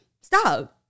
Stop